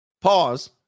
pause